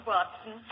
Watson